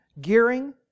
gearing